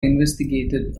investigated